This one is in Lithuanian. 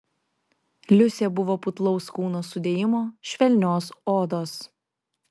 liusė buvo putlaus kūno sudėjimo švelnios odos